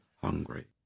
hungry